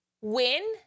win